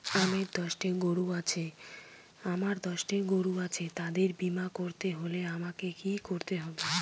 আমার দশটি গরু আছে তাদের বীমা করতে হলে আমাকে কি করতে হবে?